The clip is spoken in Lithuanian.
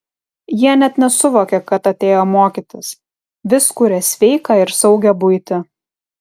jie net nesuvokia kad atėjo mokytis vis kuria sveiką ir saugią buitį